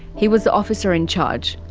he was the officer in charge,